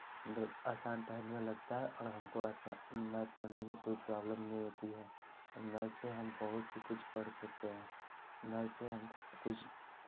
मतलब आसान टाइप में लगता है और हमको आसा मैथ से पढ़ने में कोई प्रॉब्लम नहीं होती है और मैथ से हम बहुत ही कुछ पढ़ सकते हैं मैथ से हमको कुछ